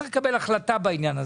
צריך לקבל החלטה בעניין.